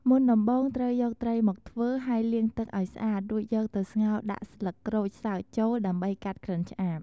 មុនដំបូង ត្រូវយកត្រីមកធ្វើ ហេីយលាងទឹកឲ្យស្អាត រួចយកទៅស្ងោរដាក់ស្លឹកក្រូចសើចចូល ដើម្បីកាត់ក្លិនឆ្អាប។